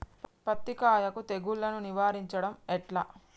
పత్తి కాయకు తెగుళ్లను నివారించడం ఎట్లా?